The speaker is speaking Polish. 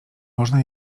można